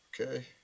Okay